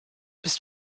bist